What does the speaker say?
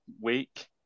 week